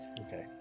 Okay